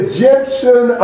Egyptian